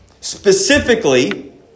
Specifically